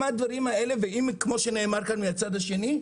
כמו שנאמר מהצד השני,